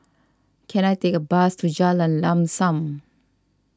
can I take a bus to Jalan Lam Sam